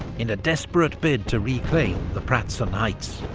in a desperate bid to reclaim the pratzen heights.